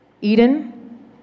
Eden